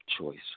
Choice